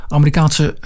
Amerikaanse